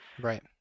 Right